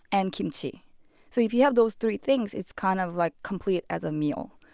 and kimchi. so, if you have those three things, it's kind of like complete as a meal,